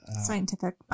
Scientific